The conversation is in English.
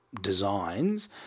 designs